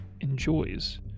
enjoys